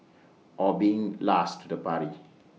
or being last to the party